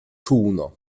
czółno